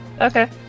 Okay